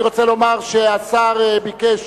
אני רוצה לומר שהשר ביקש,